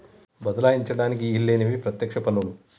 బదలాయించడానికి ఈల్లేనివి పత్యక్ష పన్నులు